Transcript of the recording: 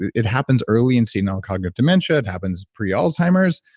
it it happens early in senile cognitive dementia, it happens pre-alzheimer's,